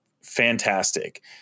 fantastic